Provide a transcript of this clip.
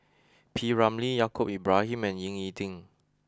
P Ramlee Yaacob Ibrahim and Ying E Ding